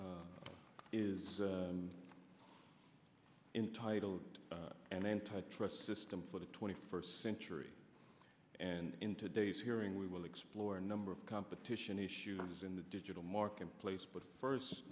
is entitle and antitrust system for the twenty first century and in today's hearing we will explore a number of competition issues in the digital marketplace but first